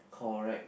correct